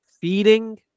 Feeding